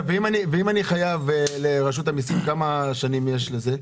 אם אני חייב לרשות המיסים, כמה שנים יש לזה?